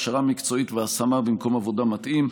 הכשרה מקצועית והשמה במקום עבודה מתאים.